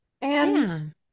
and-